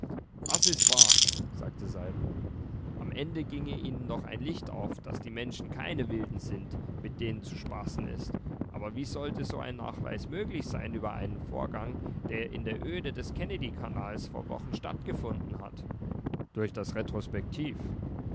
das ist wahr sagte saltner am ende ginge ihnen doch ein licht auf daß die menschen keine wilden sind mit denen zu spaßen ist aber wie sollte so ein nachweis möglich sein über einen vorgang der in der öde des kennedy kanals vor wochen stattgefunden hat durch das